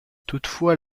toutefois